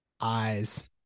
Eyes